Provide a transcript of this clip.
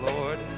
Lord